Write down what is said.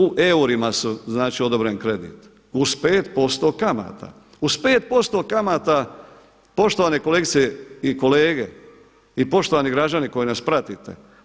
U eurima su znači odobrili kredit uz 5% kamata, uz 5% kamata poštovane kolegice i kolege i poštovani građani koji nas pratite.